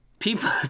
People